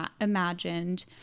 imagined